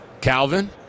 Calvin